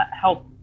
help